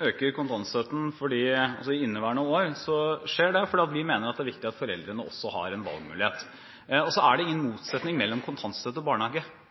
øker kontantstøtten – det skjer i inneværende år – fordi vi mener det er viktig at foreldrene også har en valgmulighet. Det er ingen motsetning mellom kontantstøtte og barnehage.